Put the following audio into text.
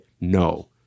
No